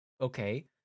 okay